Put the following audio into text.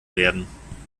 werden